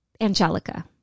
Angelica